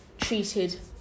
treated